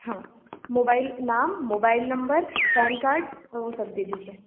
हाँ मोबाईल नाम mobile number PAN card वो सब दे दीजिए